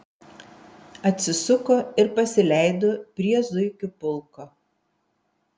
atsisuko ir pasileido prie zuikių pulko